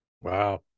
Wow